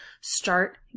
start